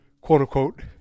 quote-unquote